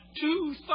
two